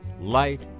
light